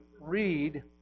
read